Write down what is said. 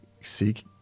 seek